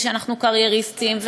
ושאנחנו קרייריסטים,